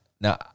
Now